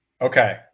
Okay